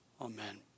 amen